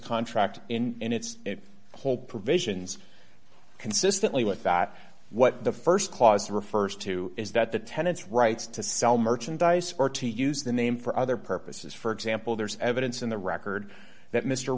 contract in and its whole provisions consistently with that what the st clause refers to is that the tenants rights to sell merchandise or to use the name for other purposes for example there's evidence in the record that mr